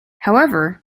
however